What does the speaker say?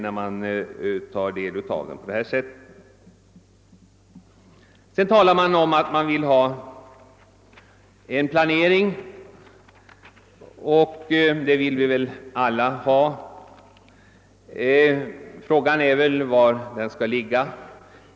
Sedan talas det om att man vill ha en planering. Det vill vi väl alla, men frågan är hur den skall utformas.